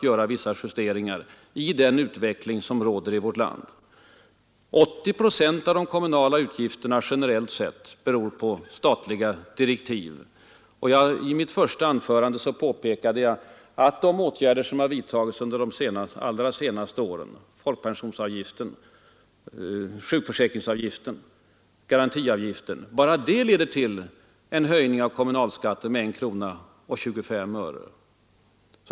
Generellt sett 80 procent av de kommunala utgifterna beror på statliga direktiv. I mitt första anförande påpekade jag att bara de åtgärder som har vidtagits under de allra senaste åren beträffande folkpensionsavgiften, sjukförsäkringsavgiften och garantiavgiften leder till en höjning av kommunalskatten med 1 krona 25 öre.